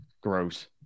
gross